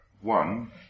one